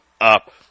up